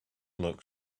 looked